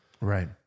Right